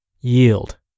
Yield